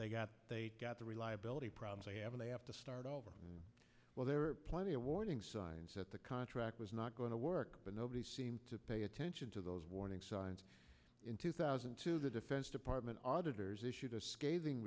they got they got the reliability problems they have and they have to start all over well there are plenty of warning signs that the contract was not going to work but nobody seemed to pay attention to those warning signs in two thousand and two the defense department auditors issued a scathing